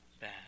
bad